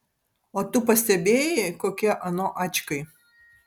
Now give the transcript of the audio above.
o tu pastebėjai kokie ano ačkai